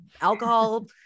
alcohol